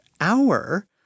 hour